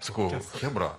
sakau chebra